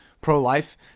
pro-life